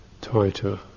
tighter